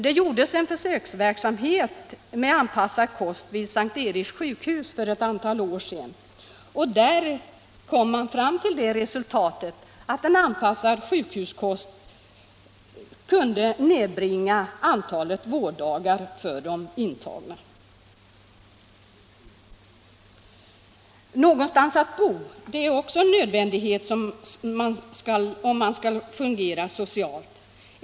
Det gjordes försök med anpassad kost vid S:t Eriks sjukhus för ett antal år sedan, och man kom då fram till resultatet att en anpassad sjukhuskost kunde nedbringa antalet vårddagar för de intagna. För att fungera socialt måste man också ha någonstans att bo.